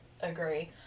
Agree